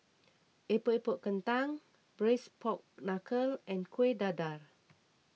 Epok Epok Kentang Braised Pork Knuckle and Kueh Dadar